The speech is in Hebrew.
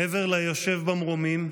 מעבר ליושב במרומים,